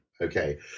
Okay